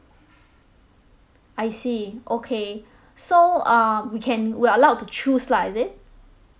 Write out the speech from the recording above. I see okay so err we can we are allowed to choose lah is it